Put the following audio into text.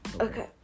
Okay